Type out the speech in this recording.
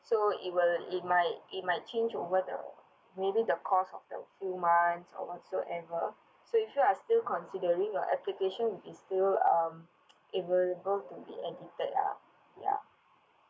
so it will it might it might change over the maybe the cost of the few months or whatsoever so if you are still considering your application will be still um it will go to be edited ya ya